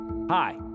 Hi